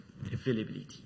Availability